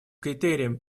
критериям